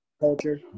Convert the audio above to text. culture